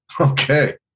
Okay